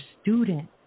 student